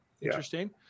interesting